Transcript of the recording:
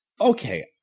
Okay